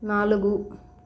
నాలుగు